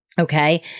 Okay